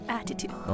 attitude